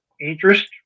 interest